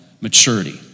maturity